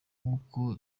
nk’uko